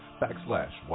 backslash